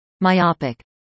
myopic